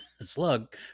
slug